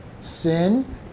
sin